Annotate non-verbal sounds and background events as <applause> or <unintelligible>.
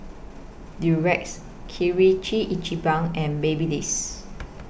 Durex <unintelligible> Ichiban and Babyliss